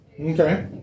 Okay